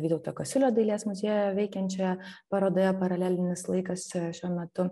vytauto kasiulio dailės muziejuje veikiančioje parodoje paralelinis laikas šiuo metu